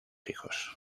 hijos